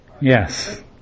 Yes